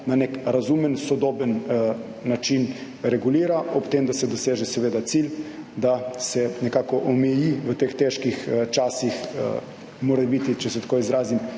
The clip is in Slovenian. na nek razumen, sodoben način regulira, ob tem, da se doseže, seveda, cilj, da se nekako omeji v teh težkih časih morebiti, če se tako izrazim,